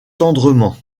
tendrement